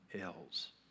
else